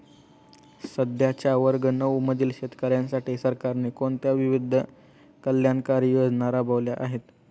सध्याच्या वर्ग नऊ मधील शेतकऱ्यांसाठी सरकारने कोणत्या विविध कल्याणकारी योजना राबवल्या आहेत?